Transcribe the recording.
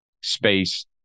space